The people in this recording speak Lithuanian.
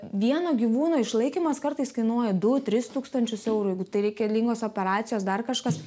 vieno gyvūno išlaikymas kartais kainuoja du tris tūkstančius eurų jeigu tai reikalingos operacijos dar kažkas